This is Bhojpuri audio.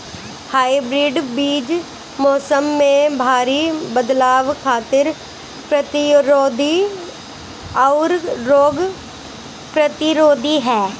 हाइब्रिड बीज मौसम में भारी बदलाव खातिर प्रतिरोधी आउर रोग प्रतिरोधी ह